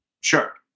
Sure